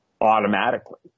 automatically